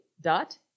dot